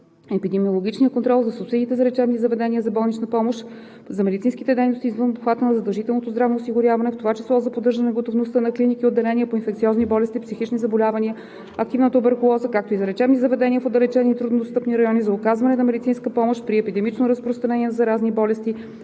епидемиологичния контрол, за субсидии за лечебните заведения за болнична помощ за медицинските дейности извън обхвата на задължителното здравно осигуряване, в това число за поддържане готовността на клиники/отделения по инфекциозни болести, психични заболявания, активна туберкулоза, както и за лечебни заведения в отдалечени и труднодостъпни райони за оказване на медицинска помощ при епидемично разпространение на заразни болести,